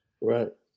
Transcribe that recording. Right